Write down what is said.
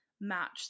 match